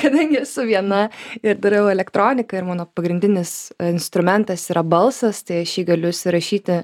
kadangi esu viena ir darau elektroniką ir mano pagrindinis instrumentas yra balsas tai aš jį galiu įsirašyti